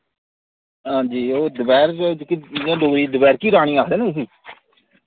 हां जी ओ दोपैह्र जेह्की जि'यां डोगरी च दोपैह्र की रानी आखदे ना जिसी